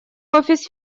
офис